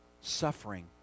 suffering